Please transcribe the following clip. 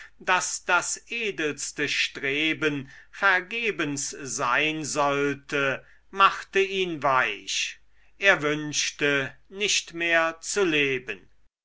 daß das edelste streben vergebens sein sollte machte ihn weich er wünschte nicht mehr zu leben